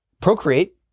procreate